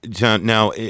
now